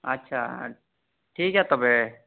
ᱟᱪᱪᱷᱟ ᱴᱷᱤᱠ ᱜᱮᱭᱟ ᱛᱚᱵᱮ